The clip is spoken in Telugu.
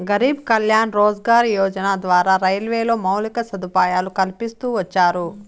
గరీబ్ కళ్యాణ్ రోజ్గార్ యోజన ద్వారా రైల్వేలో మౌలిక సదుపాయాలు కల్పిస్తూ వచ్చారు